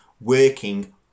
working